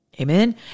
Amen